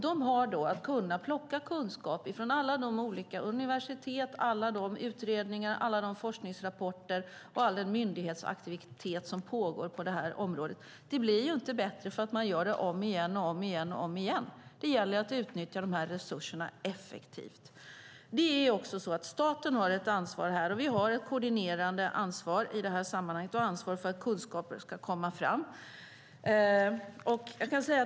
De ska kunna plocka kunskap från alla universitet, utredningar och forskningsrapporter som finns, samt från all den myndighetsaktivitet som pågår på det här området. Det blir inte bättre av att man gör det om och om igen, utan det gäller att utnyttja resurserna effektivt. Staten har här ett ansvar. Vi har ett koordinerande ansvar i det här sammanhanget och ansvar för att kunskap ska komma fram.